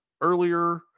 earlier